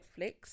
netflix